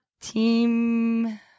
Team